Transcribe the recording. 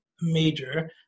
major